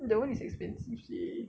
that [one] is expensive seh